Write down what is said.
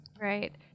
Right